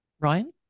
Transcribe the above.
Ryan